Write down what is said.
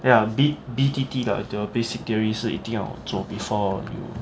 ya B_T_T like the basic theory 是一定要做 before you